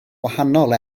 wahanol